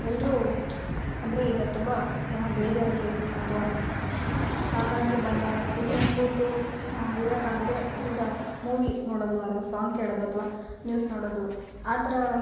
ಎಲ್ಲರು ಅಂದರೆ ಈಗ ತುಂಬ ಏನೋ ಬೇಜಾರಲ್ಲಿ ಅಥ್ವ ಸಾಕಾಗಿ ಬಂದಾಗ ಸುಮ್ಮನೆ ಕೂತು ಆ ಇರೋಕ್ಕಾಗದೇ ಈಗ ಮೂವಿ ನೋಡೋದು ಅಥ್ವ ಸಾಂಗ್ ಕೇಳೋದು ಅಥ್ವ ನ್ಯೂಸ್ ನೋಡೋದು ಆ ಥರ